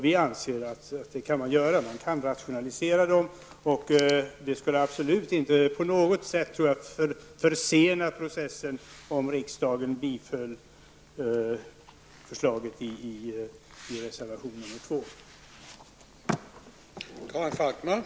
Vi anser att man kan rationalisera dessa myndigheter. Och det skulle absolut inte på något sätt försena processen om riksdagen biföll förslaget i reservation nr 2.